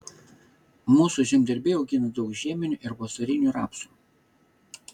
mūsų žemdirbiai augina daug žieminių ir vasarinių rapsų